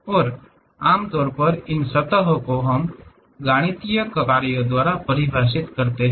और आमतौर पर इन सतहों को हम गणितीय कार्यों द्वारा परिभाषित करते हैं